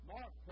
Mark